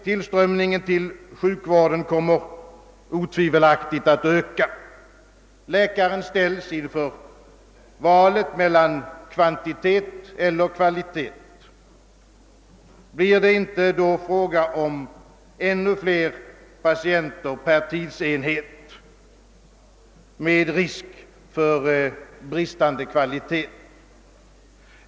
Tillströmningen till sjukvården kommer otvivelaktigt, sade han, att öka. Läkaren ställs inför valet mellan kvantitet och kvalitet. Blir det då inte fråga om ännu flera patienter per tidsenhet med risk för bristande kvalitet?